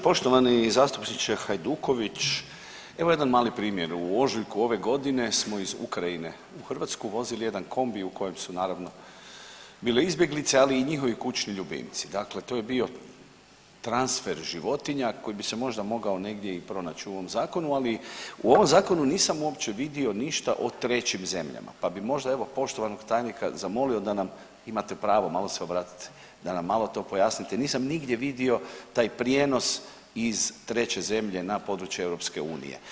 Poštovani zastupniče Hajduković, evo jedan mali primjer u ožujku ove godine smo iz Ukrajine u Hrvatsku vozili jedan kombi u kojem su naravno bile izbjeglice, ali i njihovi kućni ljubimci, dakle to je bio transfer životinja koji bi se možda mogao negdje i pronać u ovom zakonu, ali u ovom zakonu nisam uopće vidio ništa o trećim zemljama, pa bi možda evo poštovanog tajnika zamolio da nam imate pravo malo se obratit da nam malo to pojasnite, nisam nigdje vidio taj prijenos iz treće zemlje na područje EU.